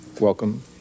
Welcome